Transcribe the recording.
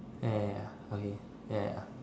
ya ya ya okay ya ya ya